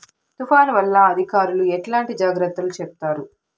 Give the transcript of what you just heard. తుఫాను వల్ల అధికారులు ఎట్లాంటి జాగ్రత్తలు చెప్తారు?